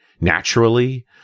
naturally